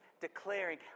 declaring